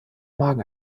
magen